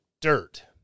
dirt